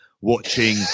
watching